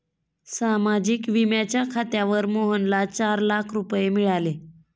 सामाजिक विम्याच्या खात्यावर मोहनला चार लाख रुपये मिळाले